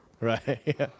Right